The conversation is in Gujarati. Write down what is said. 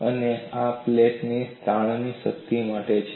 અને આ પ્લેન તાણની સ્થિતિ માટે છે